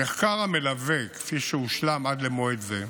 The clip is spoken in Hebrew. המחקר המלווה, כפי שהושלם עד למועד זה,